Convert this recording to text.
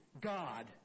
God